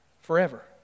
forever